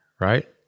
right